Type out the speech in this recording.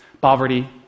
Poverty